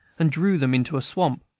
and drew them into a swamp.